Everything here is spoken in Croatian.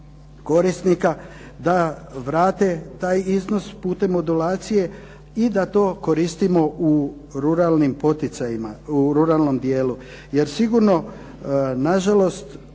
korisnika, da vrate taj iznos putem modulacije i da to koristimo u ruralnim poticajima, u ruralnom dijelu jer sigurno nažalost